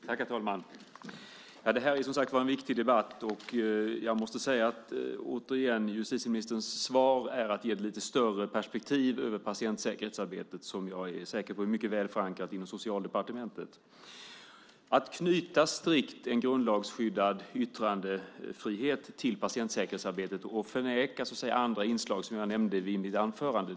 Herr talman! Det här är, som sagt var, en viktig debatt. Jag måste säga, återigen, att justitieministerns svar ger ett lite större perspektiv på patientsäkerhetsarbetet, som jag är säker på är mycket väl förankrat inom Socialdepartementet. Att strikt knyta en grundlagsskyddad yttrandefrihet till patientsäkerhetsarbetet och förneka andra inslag blir fel, som jag nämnde i mitt anförande.